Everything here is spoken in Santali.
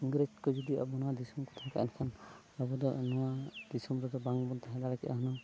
ᱤᱝᱨᱮᱡᱽ ᱠᱚ ᱡᱩᱫᱤ ᱟᱵᱚ ᱱᱚᱣᱟ ᱫᱤᱥᱚᱢ ᱨᱮᱠᱚ ᱛᱟᱦᱮᱸ ᱠᱚᱜᱼᱟ ᱮᱱᱠᱷᱟᱱ ᱟᱵᱚ ᱫᱚ ᱱᱚᱣᱟ ᱫᱤᱥᱚᱢ ᱨᱮᱫᱚ ᱵᱟᱝᱵᱚᱱ ᱛᱟᱦᱮᱸ ᱫᱟᱲᱮ ᱠᱮᱭᱟ ᱦᱩᱱᱟᱹᱝ